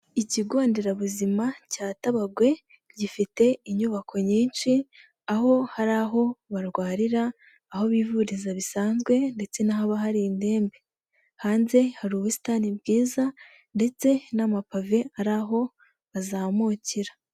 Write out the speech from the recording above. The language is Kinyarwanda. Ikigo nderabuzima cya Tabagwe gifite inyubako nyinshi, aho hari aho barwarira, aho bivuriza bisanzwe ndetse n'ahaba hari indembe, hanze hari ubusitani bwiza ndetse n'amapave ari aho bazamukira.